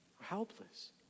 helpless